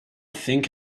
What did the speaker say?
think